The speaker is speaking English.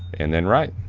and then write.